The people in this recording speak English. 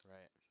Right